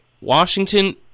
Washington